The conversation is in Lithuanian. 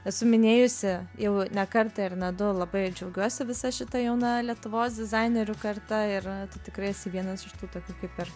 esu minėjusi jau ne kartą ir ne du labai džiaugiuosi visa šita jauna lietuvos dizainerių karta ir tu tikrai esi vienas iš tų tokių kaip ir